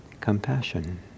compassion